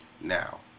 Now